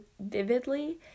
vividly